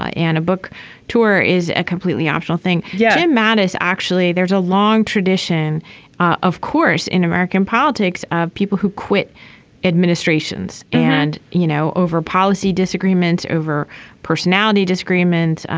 a and book tour is a completely optional thing. yeah. madness. actually there's a long tradition of course in american politics. people who quit administrations and you know over policy disagreements over personality disagreement.